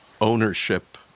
ownership